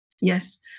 Yes